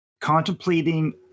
contemplating